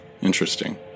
interesting